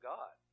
God